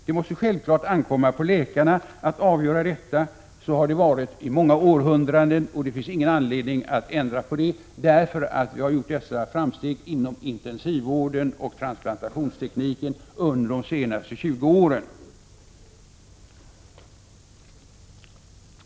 Det måste självklart ankomma på läkarna att avgöra detta. Så har det varit i många århundraden. Det finns ingen anledning att ändra på det för att vi har gjort framsteg inom intensivvården och transplantationstekniken under de senaste 20 åren.